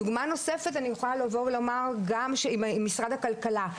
דוגמא נוספת אני יכולה לבוא ולומר גם משרד הכלכלה,